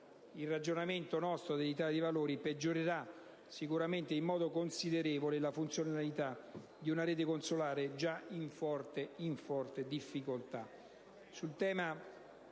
del Gruppo dell'Italia dei Valori peggiorerà sicuramente in modo considerevole la funzionalità di una rete consolare già in forte difficoltà.